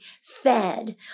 fed